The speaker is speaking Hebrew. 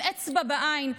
עם אצבע בעין,